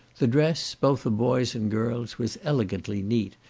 the dress, both of boys and girls, was elegantly neat,